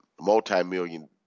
multi-million